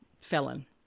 felon